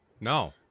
No